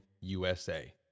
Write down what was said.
USA